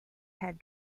head